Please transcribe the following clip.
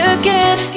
again